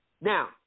Now